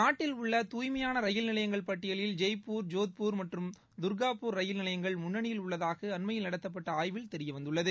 நாட்டில் உள்ள தூய்மையான ரயில் நிலையங்கள் பட்டியலில் ஜெய்பூர் ஜோத்பூர் மற்றும் தர்காபூர் ரயில் நிலையங்கள் முன்னணியில் உள்ளதாக அண்மையில் நடத்தப்பட்ட ஆய்வில் தெரியவந்துள்ளது